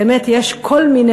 באמת יש כל מיני,